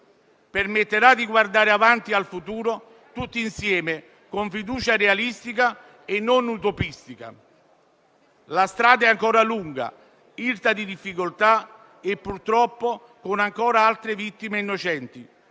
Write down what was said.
permetterà di guardare al futuro, tutti insieme, con fiducia realistica e non utopistica. La strada è ancora lunga, irta di difficoltà e purtroppo vedrà ancora altre vittime innocenti,